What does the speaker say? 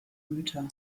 güter